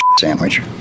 sandwich